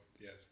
Yes